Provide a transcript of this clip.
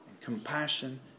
compassion